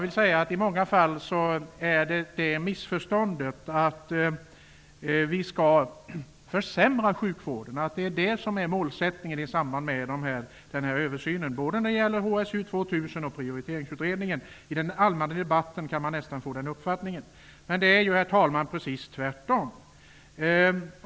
I många fall finns ett missförstånd om att vi skall försämra sjukvården och att det är det som är målsättningen i samband med översynen, både när det gäller HSU 2000 och prioriteringsutredningen. Den uppfattningen kan man nästan få i den allmänna debatten. Det är, herr talman, precis tvärtom.